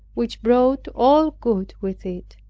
which brought all good with it.